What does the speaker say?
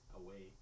away